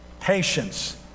patience